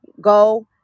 go